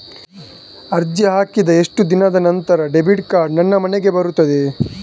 ಅರ್ಜಿ ಹಾಕಿದ ಎಷ್ಟು ದಿನದ ನಂತರ ಡೆಬಿಟ್ ಕಾರ್ಡ್ ನನ್ನ ಮನೆಗೆ ಬರುತ್ತದೆ?